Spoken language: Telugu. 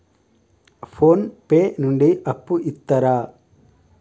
ఫోన్ పే నుండి అప్పు ఇత్తరా?